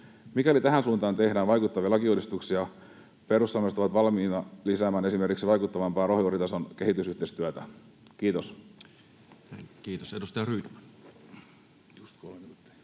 tehdään tähän suuntaan vaikuttavia lakiuudistuksia, perussuomalaiset ovat valmiita lisäämään esimerkiksi vaikuttavampaa ruohonjuuritason kehitysyhteistyötä. — Kiitos. Kiitos. — Edustaja Rydman.